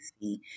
see